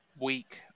week